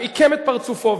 עיקם את פרצופו,